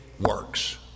works